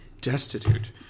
destitute